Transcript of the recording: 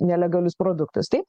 nelegalius produktus taip